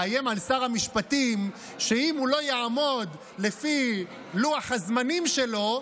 מאיים על שר המשפטים שאם הוא לא יעמוד בלוח הזמנים שלו,